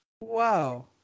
Wow